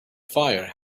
fire